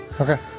Okay